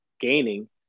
gaining